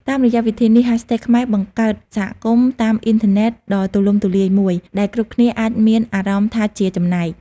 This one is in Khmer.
តាមរយៈវិធីនេះ hashtags ខ្មែរបង្កើតសហគមន៍តាមអ៊ីនធឺណិតដ៏ទូលំទូលាយមួយ ដែលគ្រប់គ្នាអាចមានអារម្មណ៍ថាជាចំណែក។